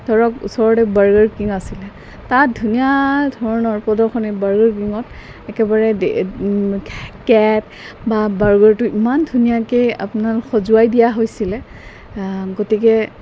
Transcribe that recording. ধৰক ওচৰতে Burger King আছিলে তাত ধুনীয়া ধৰণৰ প্ৰদৰ্শনে বাৰ্গাৰ কিঙত একেবাৰে কেক বা বাৰ্গাৰটো ইমান ধুনীয়াকৈ আপোনাৰ সজাই দিয়া হৈছিলে গতিকে